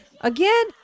again